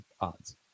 odds